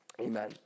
Amen